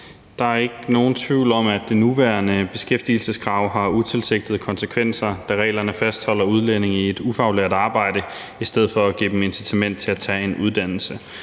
Der er ikke nogen tvivl om, at det nuværende beskæftigelseskrav har utilsigtede konsekvenser, da reglerne fastholder udlændinge i et ufaglært arbejde i stedet for at give dem et incitament til at tage en uddannelse.